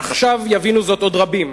עכשיו יבינו זאת עוד רבים: